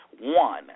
one